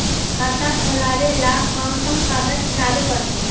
खाता खोलाबे ल कोन कोन कागज लाबे पड़तै?